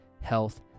health